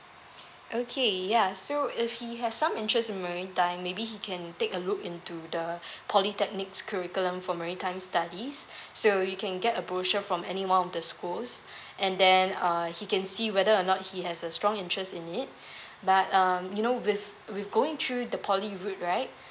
okay ya so if he has some interest in maritime maybe he can take a look into the polytechnics curriculum for maritime studies so you can get a brochure from any one of the schools and then uh he can see whether or not he has a strong interest in it but um you know with with going through the poly route right